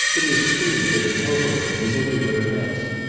it is true, that at hoboken, as every where else,